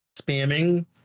spamming